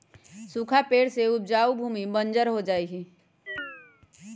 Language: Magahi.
सूखा पड़े से उपजाऊ भूमि बंजर हो जा हई